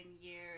years